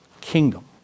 kingdom